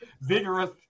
vigorous